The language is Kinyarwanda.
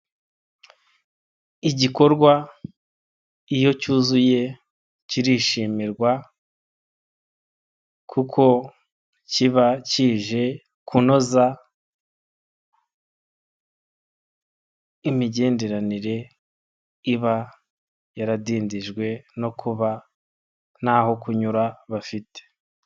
Igikorwa iyo cyuzuye kirishimirwa kuko kiba kije kunoza imigenderanire iba yaradindijwe no kuba n'aho kunyura bafite.